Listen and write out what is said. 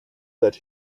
that